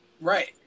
Right